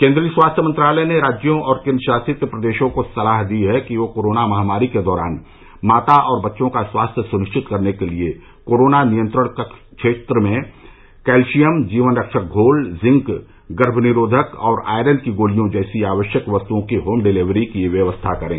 केन्द्रीय स्वास्थ्य मंत्रालय ने राज्यों और केन्द्र शासित प्रदेशों को सलाह दी है कि वे कोरोना महामारी के दौरान माता और बच्चों का स्वास्थ्य सुनिश्चित करने के लिए कोरोना नियंत्रण क्षेत्र में कैल्शियम जीवन रक्षक घोल जिंक गर्भ निरोधक और आयरन की गोलियों जैसी आवश्यक वस्तुओं की होम डिलिवरी की व्यवस्था करें